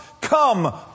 come